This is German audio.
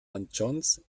john’s